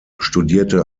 studierte